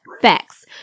facts